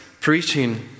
preaching